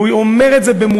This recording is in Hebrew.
הוא אומר את זה במודע,